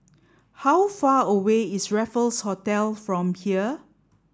how far away is Raffles Hotel from here